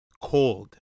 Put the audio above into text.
cold